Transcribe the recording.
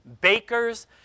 bakers